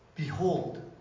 Behold